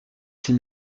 six